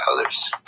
others